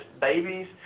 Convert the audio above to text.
babies